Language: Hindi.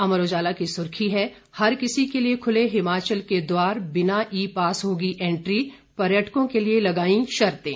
अमर उजाला की सुर्खी है हर किसी के लिए खुले हिमाचल के द्वार बिना ई पास होगी एंट्री पर्यटकों के लिए लगाई शर्तें